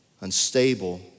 unstable